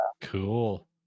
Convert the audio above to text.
Cool